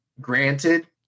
granted